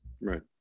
Right